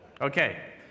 Okay